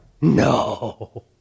no